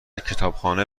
کتابخانه